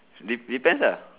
dep~ depends lah